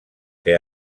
que